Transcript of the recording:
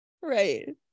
Right